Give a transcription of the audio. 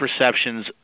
Perceptions